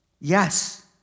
Yes